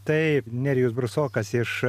taip nerijus brusokas iš